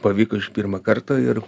pavyko iš pirmo karto ir